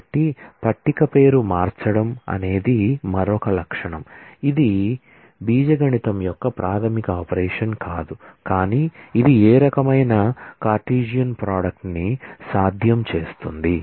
కాబట్టి టేబుల్ పేరు మార్చడం అనేది మరొక లక్షణం ఇది ఆల్జీబ్రా యొక్క ప్రాథమిక ఆపరేషన్ కాదు కానీ ఇది ఏ రకమైన కార్టిసియన్ ప్రోడక్ట్ ని సాధ్యం చేస్తుంది